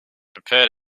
prepared